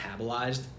metabolized